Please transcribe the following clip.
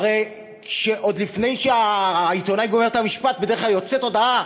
והרי עוד לפני שהעיתונאי גומר את המשפט בדרך כלל יוצאת הודעה: